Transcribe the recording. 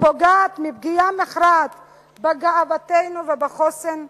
הפוגעת פגיעה מכרעת בגאוותנו ובחוסן הלאומי.